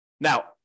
Now